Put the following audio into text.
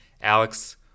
Alex